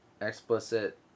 explicit